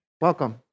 Welcome